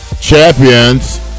champions